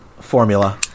formula